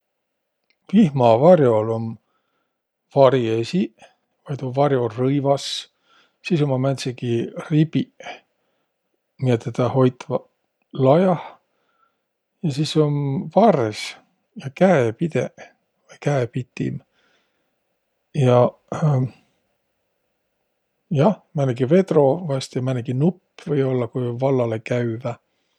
Vihmavar'ol om vari esiq vai tuu var'orõivas, sis ummaq määntsegiq ribiq, miä tedä hoitva lajah. Ja sis um vars ja käepideq vai käepitim. Jaq, jah, määnegi vedro ja määnegi nupp vaest, ku um vallalõkäüjä.